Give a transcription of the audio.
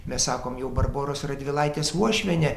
mes sakom jau barboros radvilaitės uošvienė